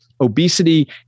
obesity